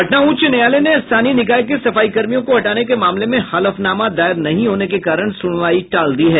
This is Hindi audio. पटना उच्च न्यायालय ने स्थानीय निकाय के सफाईकर्मियों को हटाने के मामले में हलफनामा दायर नहीं होने के कारण सुनवाई टाल दी है